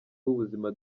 w’ubuzima